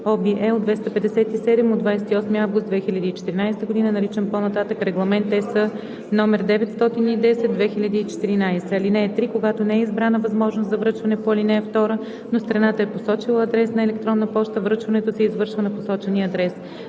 (OB, L 257 от 28 август 2014 г.), наричан по-нататък „Регламент (ЕС) № 910/2014“. (3) Когато не е избрана възможност за връчване по ал. 2, но страната е посочила адрес на електронна поща, връчването се извършва на посочения адрес.